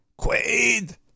Quaid